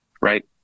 Right